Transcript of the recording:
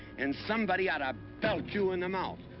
and somebody ought to belt you in the mouth!